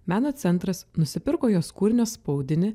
meno centras nusipirko jos kūrinio spaudinį